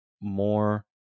more